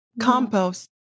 compost